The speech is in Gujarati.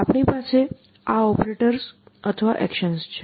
આપણી પાસે ઓપરેટર્સ અથવા એકશન્સ છે